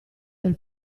del